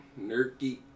Nerky